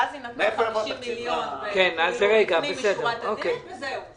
ואז היא נתנה 50 מיליון לפנים משורת הדין, וזהו.